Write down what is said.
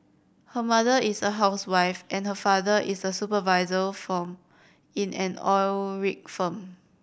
her mother is a housewife and her father is a supervisor for in an oil rig firm